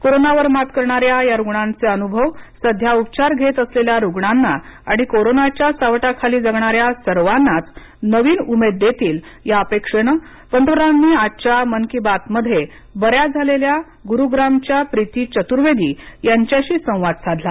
कोरोनावर मात करणाऱ्या या रुग्णांचे अनुभव सध्या उपचार घेत असलेल्या रुग्णांना आणि कोरोनाच्या सावटाखाली जगणाऱ्या सर्वांनाच नवीन उमेद देतील या अपेक्षेने पंतप्रधानांनी आजच्या मन की बातमध्ये बऱ्या झालेल्या गुरुग्रामच्या प्रीती चतुर्वेदी यांच्याशी संवाद साधला